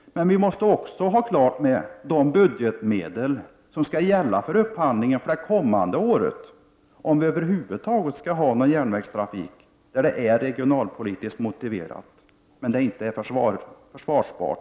Men det måste vara klart vilka budgetmedel som skall gälla för upphand ling för det kommande året, om vi överhuvudtaget skall ha någon järnvägs — Prot. 1989/90:96 trafik som är regionalpolitiskt motiverad men inte affärsmässigt försvarbar.